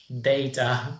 data